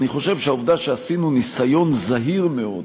אני חושב שהעובדה שעשינו ניסיון זהיר מאוד,